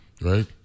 right